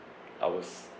I was